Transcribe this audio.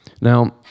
Now